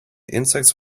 insects